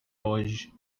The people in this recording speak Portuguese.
hoje